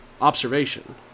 Observation